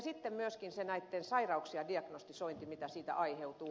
sitten myöskin se näitten sairauksien diagnostisointi mitä siitä aiheutuu